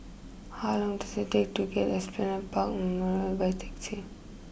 how long does it take to get to Esplanade Park Memorial by taxi